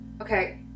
okay